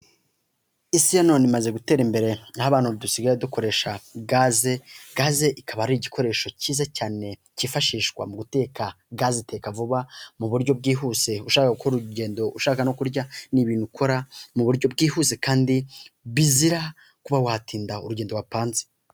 Isi ya none imaze gutera imbere, aho abantu dusigaye dukoresha gaze, gaze ikaba ari igikoresho kiza cyane kifashishwa mu guteka, gaze iteka vuba mu buryo bwihuse ushaka gukora urugendo ushaka no kurya, ni ibintu ukora mu buryo bwihuse kandi bizira kuba watinda urugendo wapanze.